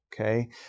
okay